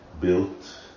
built